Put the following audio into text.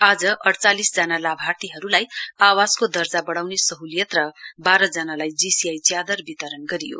आज अड्यालिस जना लाभार्थीहरूलाई आवासको दर्जा बढाउने सहलियत र बाह्रजनालाई जीसीआइ च्यादर वितरण गरियो